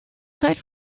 zeit